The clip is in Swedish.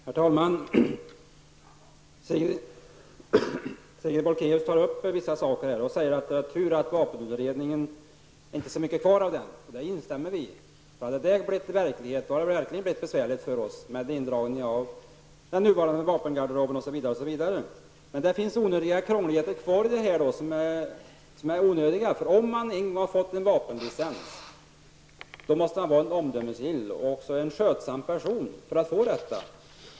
Herr talman! Sigrid Bolkéus tar upp vissa saker här och säger att det var tur att det inte är så mycket kvar av vapenutredningens förslag. Det instämmer vi i. Hade det blivit verklighet hade det verkligen blivit besvärligt för oss med indragning av den nuvarande vapengarderoben osv. Men det finns onödiga krångligheter kvar. Om man en gång har fått en vapenlicens har man visat att man är en omdömesgill och skötsam person.